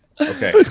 Okay